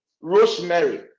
rosemary